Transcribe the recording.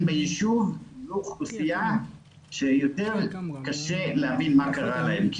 בישוב ואוכלוסייה שיותר קשה להבין מה קרה להם,